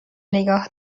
نگاه